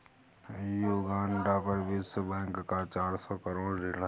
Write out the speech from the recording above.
Uganda पर विश्व bank का चार सौ करोड़ ऋण है